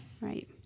Right